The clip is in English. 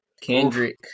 Kendrick